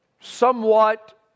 somewhat